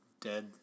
dead